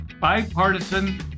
bipartisan